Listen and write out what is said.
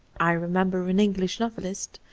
i remember an english novel ist,